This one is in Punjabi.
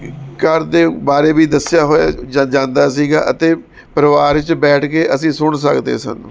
ਘਰ ਦੇ ਬਾਰੇ ਵੀ ਦੱਸਿਆ ਹੋਇਆ ਜਾ ਜਾਂਦਾ ਸੀਗਾ ਅਤੇ ਪਰਿਵਾਰ 'ਚ ਬੈਠ ਕੇ ਅਸੀਂ ਸੁਣ ਸਕਦੇ ਸਨ